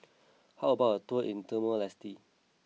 how about a tour in Timor Leste